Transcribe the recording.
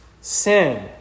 sin